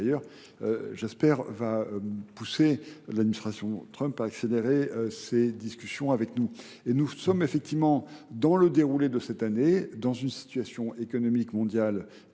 d'ailleurs j'espère va pousser l'administration Trump à accélérer ces discussions avec nous. Et nous sommes effectivement dans le déroulé de cette année, dans une situation économique mondiale